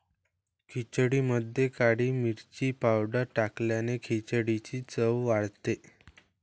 खिचडीमध्ये काळी मिरी पावडर टाकल्याने खिचडीची चव वाढते